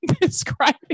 describing